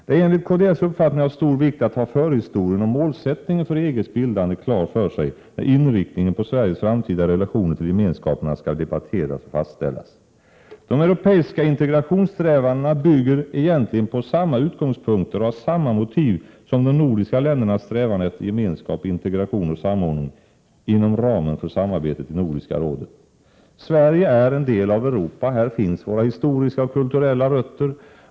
Det är enligt kds uppfattning av stor vikt att ha förhistorien och målsättningen för EG:s bildande klar för sig, när inriktningen på Sveriges framtida relationer till gemenskaperna skall debatteras och fastställas. De europeiska integrationssträvandena bygger egentligen på samma utgångspunkter och har samma motiv som de nordiska ländernas strävan efter gemenskap, integration och samordning inom ramen för samarbetet i Nordiska rådet. Sverige är en del av Europa; här finns våra historiska och kulturella rötter.